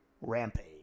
Rampage